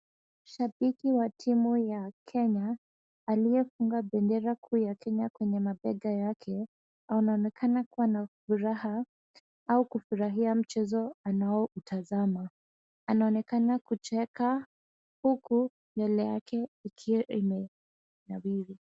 Shabiki wa timu ya Kenya aliyefunga bendera kuu ya Kenya kwenye mabega yake anaonekana kuwa na furaha au kufurahia mchezo anaoutazama. Anaonekana kucheka huku nywele yake ikiwa imenawiri.